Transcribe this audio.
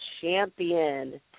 champion